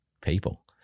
people